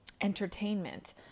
entertainment